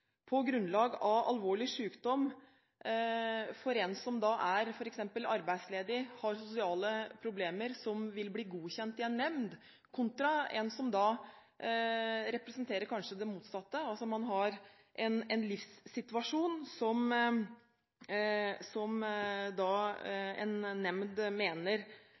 på grunnlag av alvorlig sykdom for en som er f.eks. arbeidsledig, har sosiale problemer, og som vil bli godkjent i en nemnd, enn en som kanskje representerer det motsatte, med en livssituasjon som en nemnd mener